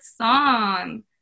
song